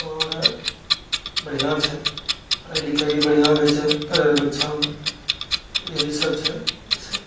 आओर बढ़िआँ छै पढ़ाइ लिखाइ बढ़िआँ होइत छै पहिलेके अपेक्षामे इएह सब छै इएह सब